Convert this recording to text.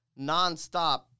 nonstop